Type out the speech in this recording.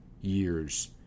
years